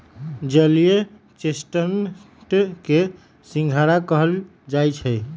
जलीय चेस्टनट के सिंघारा कहल जाई छई